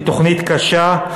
היא תוכנית קשה,